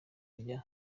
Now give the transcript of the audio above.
rya